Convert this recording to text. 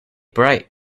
bright